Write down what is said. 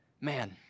Man